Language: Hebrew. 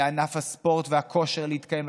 לענף הספורט והכושר להתקיים,